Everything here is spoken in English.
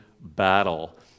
battle